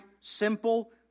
simple